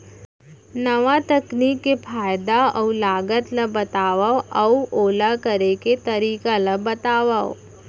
नवा तकनीक के फायदा अऊ लागत ला बतावव अऊ ओला करे के तरीका ला बतावव?